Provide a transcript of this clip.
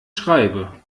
schreibe